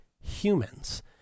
humans